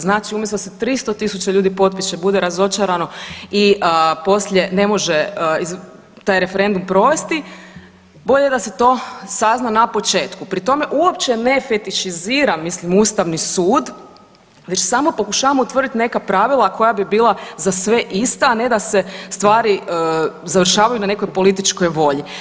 Znači umjesto da se 300.000 ljudi potpiše, bude razočarano i poslije ne može taj referendum provesti, bolje da se to sazna na početku, pri tome uopće ne fetišiziram mislim Ustavni sud već samo pokušavam utvrditi neka pravila koja bi bila za sve ista, a ne da se stvari završavaju na nekoj političkoj volji.